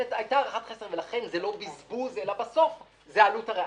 באמת הייתה הערכת-חסר ולכן זה לא בזבוז אלא בסוף זה העלות הריאלית.